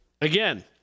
Again